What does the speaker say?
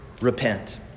repent